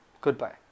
Goodbye